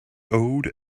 owed